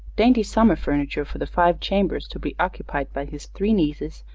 dainty summer furniture for the five chambers to be occupied by his three nieces,